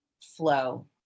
flow